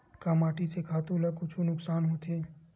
का माटी से खातु ला कुछु नुकसान होथे?